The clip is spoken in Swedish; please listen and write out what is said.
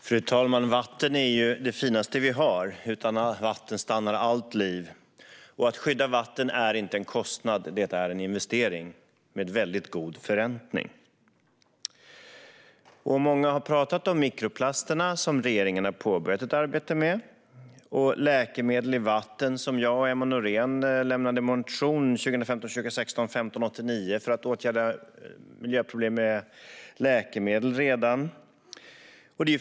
Fru talman! Vatten är det finaste vi har. Utan vatten stannar allt liv. Att skydda vatten är inte en kostnad; det är en investering med väldigt god förräntning. Många har talat om mikroplasterna. Dessa har regeringen påbörjat ett arbete mot liksom mot läkemedel i vatten - något som jag och Emma Nohrén uppmärksammade redan i motionen 2015/16:1589 om miljöproblem med läkemedel.